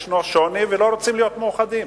יש שוני, ולא רוצים להיות מאוחדים.